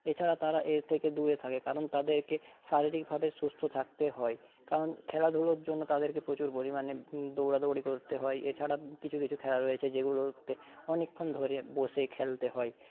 এছাড়া তারা এর থেকে দূরে থাকে কারণ তাদেরকে শারীরিকভাবে সুস্থ থাকতে হয় কারণ খেলাধুলোর জন্য তাদেরকে প্রচুর পরিমাণে দৌড়া দৌড়ি করতে হয় এছাড়া কিছু কিছু খেলা রয়েছে যেগুলোতে অনেকক্ষণ ধরে বসে খেলতে হয়